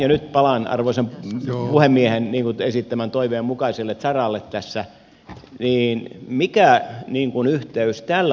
ja nyt palaan arvoisan puhemiehen esittämän toiveen mukaiselle saralle tässä mikä yhteys on tähän lakiin